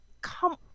Come